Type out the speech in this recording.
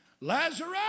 Lazarus